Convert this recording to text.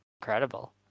incredible